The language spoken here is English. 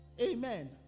Amen